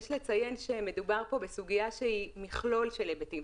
יש לציין שמדובר פה בסוגיה שהיא מכלול של היבטים,